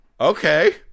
Okay